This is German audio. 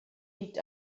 liegt